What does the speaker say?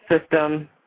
system